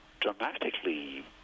dramatically